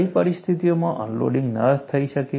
કઈ પરિસ્થિતિઓમાં અનલોડિંગ ન થઈ શકે